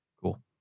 Cool